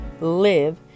live